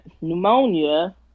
pneumonia